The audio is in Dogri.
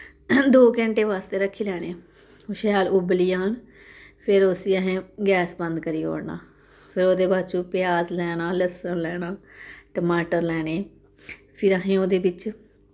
दो घैंटे बास्तै रक्खी लैने शैल उब्बली जाह्न फिर उस्सी असें गैस बंद करी ओड़ना फिर ओह्दे बाद च प्याज लैना लह्स्सुन लैना टमाटर लैने फिर असें ओह्दे बिच्च